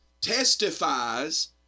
testifies